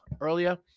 earlier